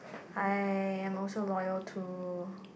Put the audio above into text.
I am also loyal to